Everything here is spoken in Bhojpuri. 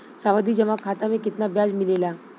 सावधि जमा खाता मे कितना ब्याज मिले ला?